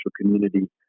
community